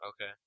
Okay